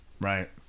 Right